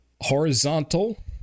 horizontal